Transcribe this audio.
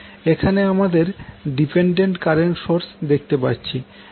এখানে আমরা dependent current source দেখতে পাচ্ছি